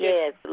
Yes